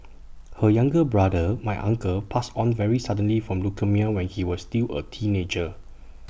her younger brother my uncle passed on very suddenly from leukaemia when he was still A teenager